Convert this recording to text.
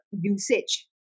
usage